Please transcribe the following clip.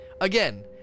Again